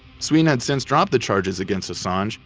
sweden had since dropped the charges against assange,